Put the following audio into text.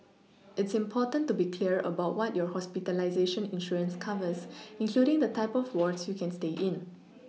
it's important to be clear about what your hospitalization insurance covers including the type of wards you can stay in